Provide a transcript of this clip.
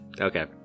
Okay